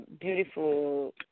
beautiful